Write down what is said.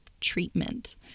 treatment